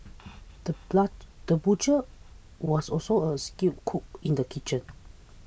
the butcher was also a skilled cook in the kitchen